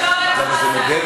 מה, זה נוגד?